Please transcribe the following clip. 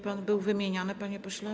Pan był wymieniany, panie pośle?